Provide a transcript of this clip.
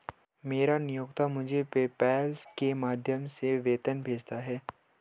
मेरा नियोक्ता मुझे पेपैल के माध्यम से वेतन भेजता है